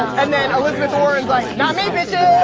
and then elizabeth warren is like, not me, bitches!